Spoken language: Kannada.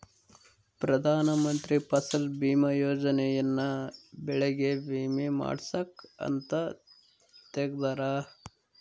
ಪ್ರಧಾನ ಮಂತ್ರಿ ಫಸಲ್ ಬಿಮಾ ಯೋಜನೆ ಯನ್ನ ಬೆಳೆಗೆ ವಿಮೆ ಮಾಡ್ಸಾಕ್ ಅಂತ ತೆಗ್ದಾರ